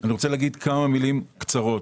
אני רוצה להגיד כמה מילים קצרות.